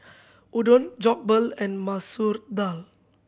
Udon Jokbal and Masoor Dal